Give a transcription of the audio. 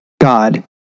God